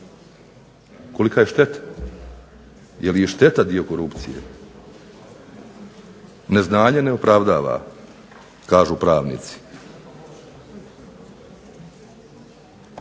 Kolika je šteta? Jel i šteta dio korupcije? Neznanje ne opravdava kažu pravnici.